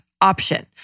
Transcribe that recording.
option